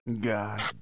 God